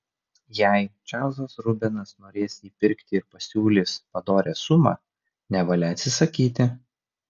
jei čarlzas rubenas norės jį pirkti ir pasiūlys padorią sumą nevalia atsisakyti